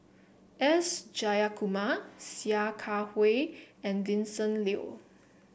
S Jayakumar Sia Kah Hui and Vincent Leow